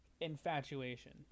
infatuation